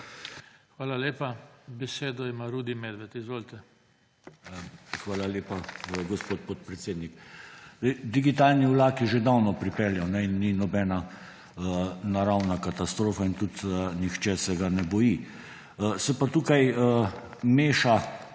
Hvala lepa. Besedo ima Rudi Medved. Izvolite. **RUDI MEDVED (PS LMŠ):** Hvala lepa, gospod podpredsednik. Digitalni vlak je že davno pripeljal in ni nobena naravna katastrofa in tudi nihče se ga ne boji. Se pa tukaj meša